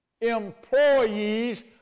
employees